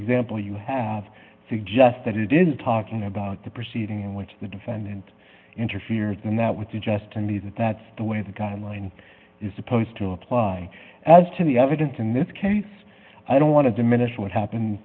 resemble you have suggest that it is talking about the proceeding in which the defendant interfered and that would suggest to me that that's the way the guideline is supposed to apply as to the evidence in this case i don't want to diminish what happened